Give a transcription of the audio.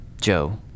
Joe